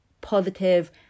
positive